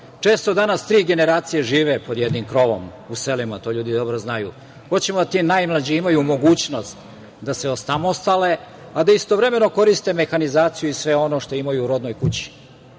radi. Često danas tri generacije žive pod jednim krovom u selima. To ljudi dobro znaju. Hoćemo da ti najmlađi imaju mogućnost da se osamostale, a da istovremeno koriste mehanizaciju i sve ono što imaju u rodnoj kući. Druga